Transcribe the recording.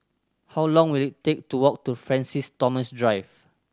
how long will it take to walk to Francis Thomas Drive